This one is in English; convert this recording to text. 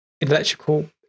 electrical